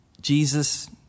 Jesus